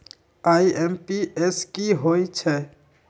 IMPS की होईछइ?